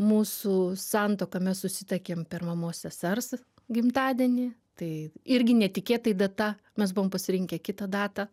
mūsų santuoka mes susituokėm per mamos sesers gimtadienį tai irgi netikėtai data mes buvom pasirinkę kitą datą